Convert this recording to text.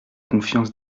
confiance